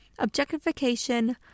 Objectification